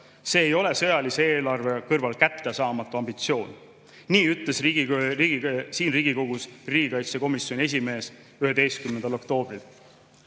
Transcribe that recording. See ei ole sõjalise eelarve kõrval kättesaamatu ambitsioon." Nii ütles siin Riigikogus riigikaitsekomisjoni esimees 11. oktoobril.